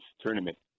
Tournament